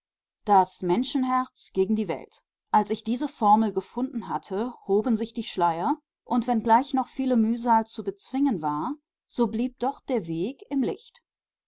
das menschenherz gegen die welt als ich diese formel gefunden hatte hoben sich die schleier und wenngleich noch viele mühsal zu bezwingen war so blieb doch der weg im licht